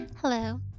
Hello